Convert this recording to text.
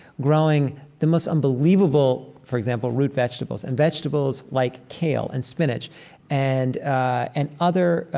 growing the most unbelievable, for example, root vegetables. and vegetables like kale and spinach and and other,